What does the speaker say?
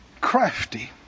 crafty